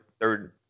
third